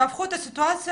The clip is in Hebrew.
תהפכו את הסיטואציה,